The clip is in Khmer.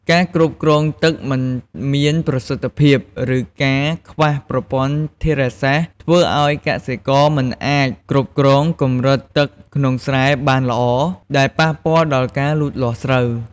ការគ្រប់គ្រងទឹកមិនមានប្រសិទ្ធភាព ឬការខ្វះប្រព័ន្ធធារាសាស្រ្ត ធ្វើឲ្យកសិករមិនអាចគ្រប់គ្រងកម្រិតទឹកក្នុងស្រែបានល្អ ដែលប៉ះពាល់ដល់ការលូតលាស់ស្រូវ។